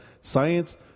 science